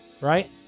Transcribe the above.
right